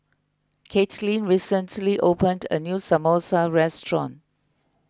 Caitlin recently opened a new Samosa restaurant